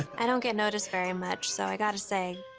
i don't get noticed very much, so i got to say,